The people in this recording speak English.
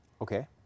Okay